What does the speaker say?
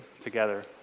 together